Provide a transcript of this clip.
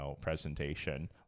presentation